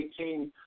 2018